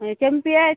हं चंपी आय